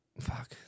Fuck